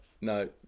no